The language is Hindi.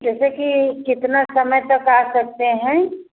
जैसे कि कितने समय तक आ सकते हैं